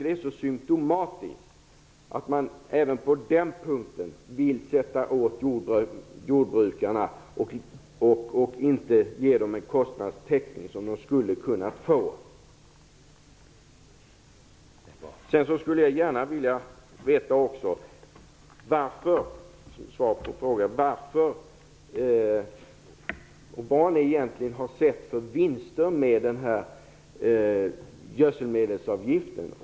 Det är symtomatiskt att man även på den punkten vill sätta åt jordbrukarna och inte ge dem den kostnadstäckning som de skulle kunna få. Jag vill vidare gärna veta vilka vinster som ni egentligen har sett med gödselmedelsavgiften.